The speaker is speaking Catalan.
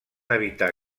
evitar